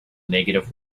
negative